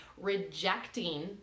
rejecting